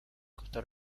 costa